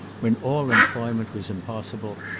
when all employment was impossible,